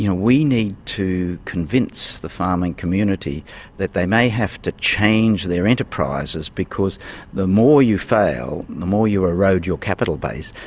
you know we need to convince the farming community that they may have to change their enterprises, because the more you fail, the more you erode your capital base,